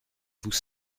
vous